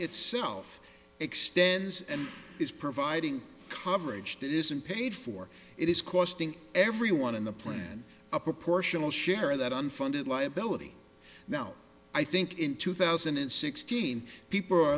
itself extends and is providing coverage that isn't paid for it is costing everyone in the plan a proportional share of that unfunded liability now i think in two thousand and sixteen people are